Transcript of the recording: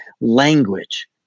language